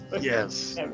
Yes